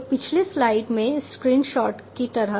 तो पिछले स्लाइड में स्क्रीन शॉट की तरह